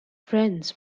friends